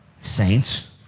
saints